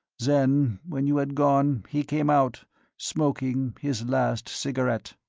then, when you had gone, he came out smoking his last cigarette.